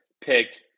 pick